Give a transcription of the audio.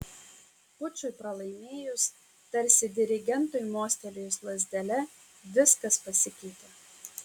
pučui pralaimėjus tarsi dirigentui mostelėjus lazdele viskas pasikeitė